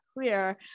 clear